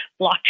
blockchain